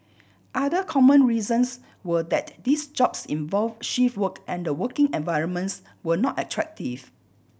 other common reasons were that these jobs involved shift work and the working environments were not attractive